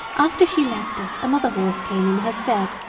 after she left us another horse came in her stead.